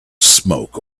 smoke